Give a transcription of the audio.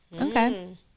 Okay